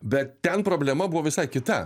bet ten problema buvo visai kita